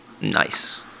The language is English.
nice